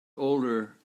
older